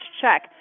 check